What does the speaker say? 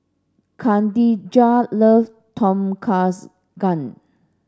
Khadijah love Tom Kha Gai